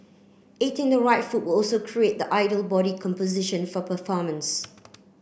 eating the right food will also create the ideal body composition for performance